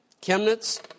Chemnitz